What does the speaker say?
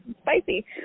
spicy